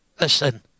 Listen